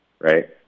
right